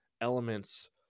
elements